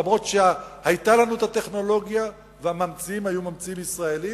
אף-על-פי שהיתה לנו הטכנולוגיה והממציאים היו ממציאים ישראלים,